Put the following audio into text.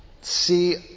see